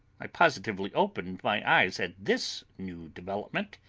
i positively opened my eyes at this new development.